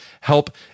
help